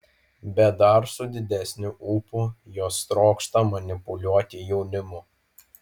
bet dar su didesniu ūpu jos trokšta manipuliuoti jaunimu